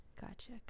gotcha